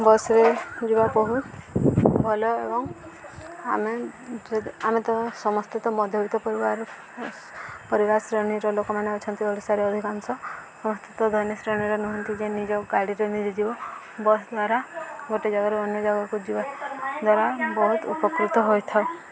ବସ୍ରେ ଯିବା ବହୁତ ଭଲ ଏବଂ ଆମେ ଆମେ ସମସ୍ତେ ତ ମଧ୍ୟବିତ୍ତ ପରିବାର ପରିବାର ଶ୍ରେଣୀର ଲୋକମାନେ ଅଛନ୍ତି ଓଡ଼ିଶାରେ ଅଧିକାଂଶ ସମସ୍ତେ ତ ଧନୀ ଶ୍ରେଣୀର ନୁହନ୍ତି ଯେ ନିଜ ଗାଡ଼ିରେ ନିଜେ ଯିବ ବସ୍ ଦ୍ୱାରା ଗୋଟେ ଜାଗାରୁ ଅନ୍ୟ ଜାଗାକୁ ଯିବା ଦ୍ୱାରା ବହୁତ ଉପକୃତ ହୋଇଥାଉ